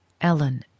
Ellen